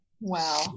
wow